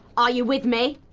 are you with me,